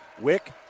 Wick